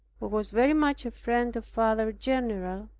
was very much a friend of father-general,